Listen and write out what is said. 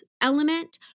element